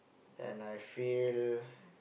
and I feel